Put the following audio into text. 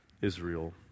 Israel